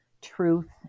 truth